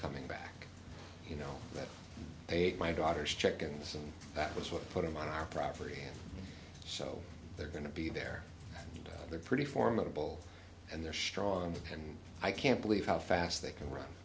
coming back you know that ate my daughter's chickens and that was what put them on our property so they're going to be there they're pretty formidable and they're strong and i can't believe how fast they can run